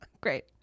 Great